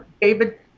David